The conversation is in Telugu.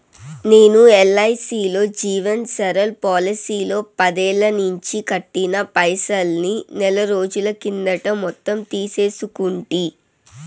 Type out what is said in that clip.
నేను ఎల్ఐసీలో జీవన్ సరల్ పోలసీలో పదేల్లనించి కట్టిన పైసల్ని నెలరోజుల కిందట మొత్తం తీసేసుకుంటి